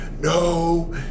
No